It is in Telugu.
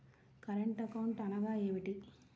కరెంట్ అకౌంట్ అనగా ఏమిటి?